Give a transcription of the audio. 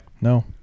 No